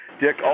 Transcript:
Dick